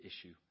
issue